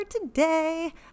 today